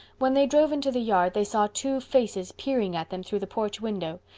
when they drove into the yard they saw two faces peering at them through the porch window.